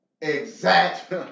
exact